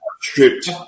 stripped